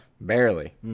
barely